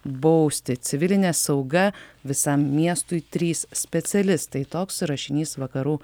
bausti civiline sauga visam miestui trys specialistai toks rašinys vakarų